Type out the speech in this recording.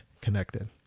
connected